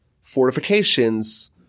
fortifications